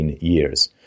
years